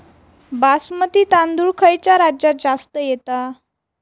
बासमती तांदूळ खयच्या राज्यात जास्त येता?